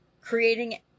creating